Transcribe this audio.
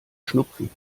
schnupfen